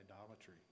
idolatry